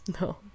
No